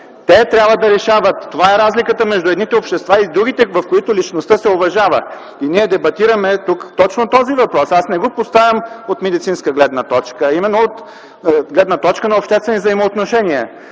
Те трябва да решават. Това е разликата между едните общества и другите, в които личността се уважава. И ние дебатираме тук точно този въпрос. Аз не го поставям от медицинска гледна точка, а именно от гледна точка на обществени взаимоотношения.